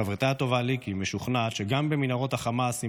חברתה הטובה ליקי משוכנעת שגם במנהרות החמאס היא